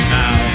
now